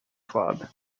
club